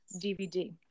DVD